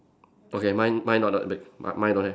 okay mine mine not that big my mine don't have